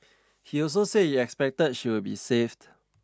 he also said he expected she would be saved